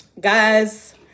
guys